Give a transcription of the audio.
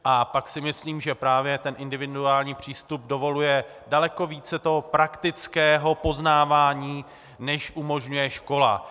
A pak si myslím, že právě ten individuální přístup dovoluje daleko více praktického poznávání, než umožňuje škola.